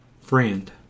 friend